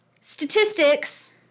statistics